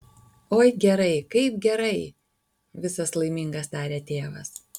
oi gerai kaip gerai visas laimingas taria tėvas